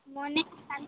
মনে শান্তি